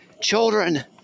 Children